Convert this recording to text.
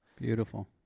Beautiful